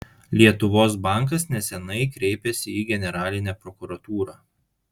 lietuvos bankas neseniai kreipėsi į generalinę prokuratūrą